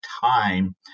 time